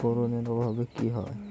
Boron অভাবে কি হয়?